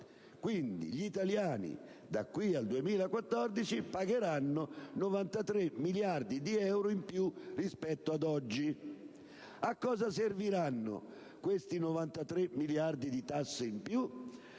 gli italiani, da qui al 2014, pagheranno 93 miliardi di euro in più rispetto ad oggi. A che cosa serviranno questi 93 miliardi di tasse in più?